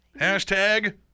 Hashtag